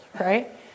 right